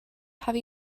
have